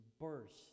burst